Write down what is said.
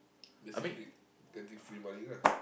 basically getting free money lah